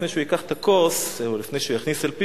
לפני שהוא ייקח את הכוס או לפני שהוא יכניס מים אל פיו,